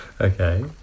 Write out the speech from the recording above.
Okay